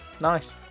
nice